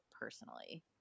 personally